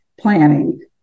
planning